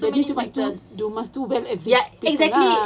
that means you must do well every ya